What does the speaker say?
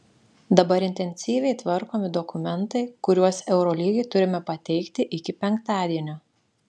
dabar intensyviai tvarkomi dokumentai kuriuos eurolygai turime pateikti iki penktadienio